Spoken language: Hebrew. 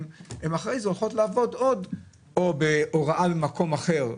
אחר כך הן הולכות לעבוד למשל בהוראה במקום אחר.